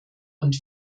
und